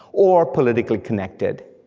or politically-connected,